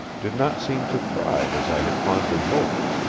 did not seem to thrive as i had fondly hoped.